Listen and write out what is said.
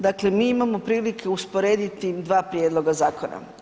Dakle, mi imamo prilike usporediti im dva prijedloga zakona.